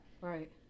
right